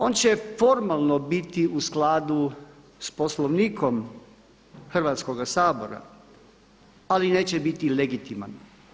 On će formalno biti u skladu sa Poslovnikom Hrvatskoga sabora ali neće biti legitiman.